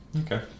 Okay